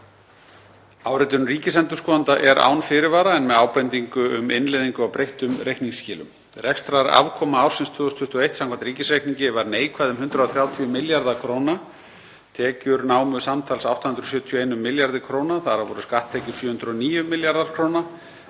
Áritun ríkisendurskoðanda er án fyrirvara en með ábendingu um innleiðingu á breyttum reikningsskilum. Rekstrarafkoma ársins 2021 samkvæmt ríkisreikningi var neikvæð um 130 milljarða kr. Tekjur námu samtals 871 milljarði kr., þar af voru skatttekjur 709 milljarðar kr.